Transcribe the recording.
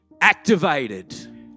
activated